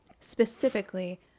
Specifically